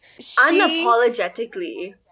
Unapologetically